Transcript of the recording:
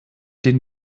den